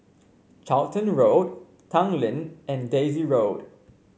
Charlton Road Tanglin and Daisy Road